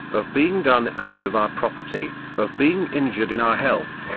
of being done out of our property, of being injured in our health,